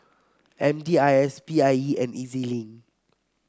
M D I S P I E and E Z Link